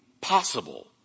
possible